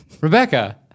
Rebecca